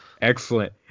Excellent